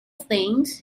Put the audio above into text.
things